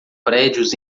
prédios